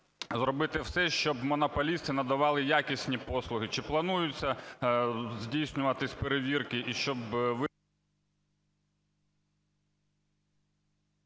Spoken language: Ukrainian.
зробити все, щоб монополісти надавали якісні послуги. Чи плануються здійснюватись перевірки, щоб...